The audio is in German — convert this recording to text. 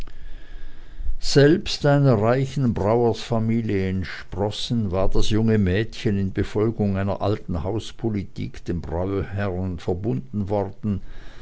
selbst einer reichen brauersfamilie entsprossen war das junge mädchen in befolgung einer alten hauspolitik dem bräuherren verbunden worden